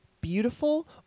beautiful